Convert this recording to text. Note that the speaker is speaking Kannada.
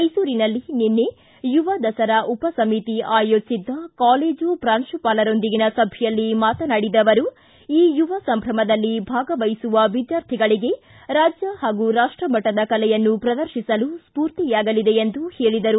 ಮೈಸೂರಿನಲ್ಲಿ ನಿನ್ನೆ ಯುವ ದಸರಾ ಉಪಸಮಿತಿ ಆಯೋಜಿಸಿದ್ದ ಕಾಲೇಜು ಪ್ರಾಂಶುಪಾಲರೊಂದಿಗಿನ ಸಭೆಯಲ್ಲಿ ಮಾತನಾಡಿದ ಅವರು ಈ ಯುವ ಸಂಭ್ರಮದಲ್ಲಿ ಭಾಗವಹಿಸುವ ವಿದ್ಯಾರ್ಥಿಗಳಿಗೆ ರಾಜ್ಯ ಹಾಗೂ ರಾಷ್ಟಮಟ್ಟದ ಕಲೆಯನ್ನು ಪ್ರದರ್ಶಿಸಲು ಸ್ಫೂರ್ತಿಯಾಗಲಿದೆ ಎಂದರು